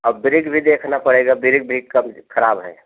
अब ब्रिक भी देखना पड़ेगा ब्रिक भी कमज ख़राब है